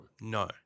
No